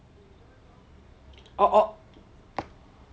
oh oh